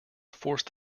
forced